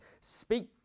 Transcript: speak